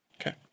Okay